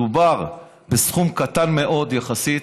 מדובר בסכום קטן מאוד יחסית.